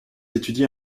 étudié